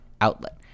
outlet